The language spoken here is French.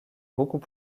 beaucoup